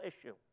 issue